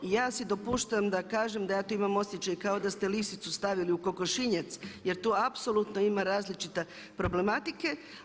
I ja si dopuštam da kažem da ja tu imam osjećaj kao da ste lisicu stavili u kokošinjac jer tu apsolutno ima različite problematike.